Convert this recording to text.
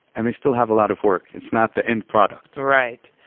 and they still have a lot of work. it's not the end product right.